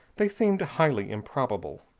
they seemed highly improbable.